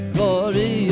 Glory